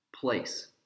place